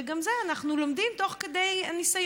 וגם את זה אנחנו לומדים תוך כדי הניסיון,